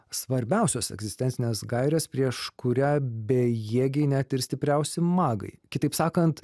svarbiausios egzistencinės gairės prieš kurią bejėgiai net ir stipriausi magai kitaip sakant